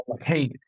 hey